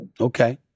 Okay